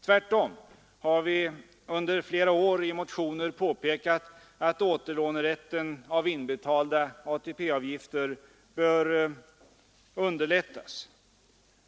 Tvärtom har vi under flera år i motioner påpekat att återlån av inbetalda ATP-avgifter bör underlättas.